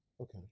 Okay